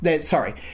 Sorry